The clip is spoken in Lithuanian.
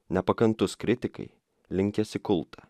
nepakantus kritikai linkęs į kultą